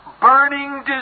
burning